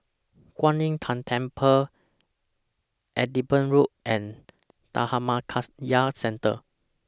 Kuan Im Tng Temple Edinburgh Road and Dhammakaya Centre